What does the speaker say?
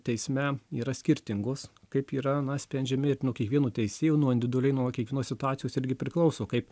teisme yra skirtingos kaip yra na sprendžiami ir nuo kiekvieno teisėjo nuo individualiai nuo kiekvienos situacijos irgi priklauso kaip